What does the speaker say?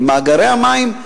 במאגרי המים,